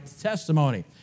testimony